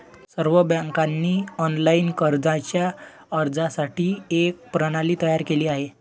सर्व बँकांनी ऑनलाइन कर्जाच्या अर्जासाठी एक प्रणाली तयार केली आहे